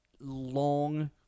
long